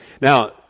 Now